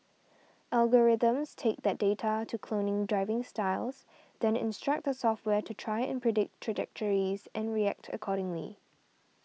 algorithms take that data to clone driving styles then instruct the software to try and predict trajectories and react accordingly